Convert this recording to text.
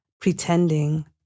pretending